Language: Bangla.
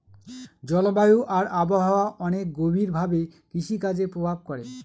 জলবায়ু আর আবহাওয়া অনেক গভীর ভাবে কৃষিকাজে প্রভাব করে